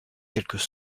quelques